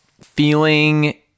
feeling